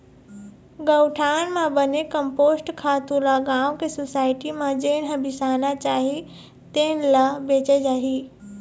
गउठान म बने कम्पोस्ट खातू ल गाँव के सुसायटी म जेन ह बिसाना चाही तेन ल बेचे जाही